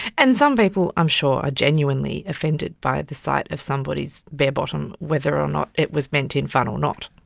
and some people i'm sure are genuinely offended by the sight of somebody's bare bottom, whether or not it was meant in fun or not.